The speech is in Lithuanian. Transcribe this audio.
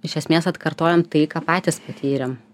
iš esmės atkartojam tai ką patys patyrėm